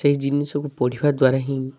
ସେଇ ଜିନିଷକୁ ପଢ଼ିବା ଦ୍ୱାରା ହିଁ